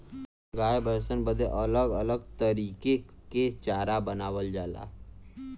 गाय भैसन बदे अलग अलग तरीके के चारा बनावल जाला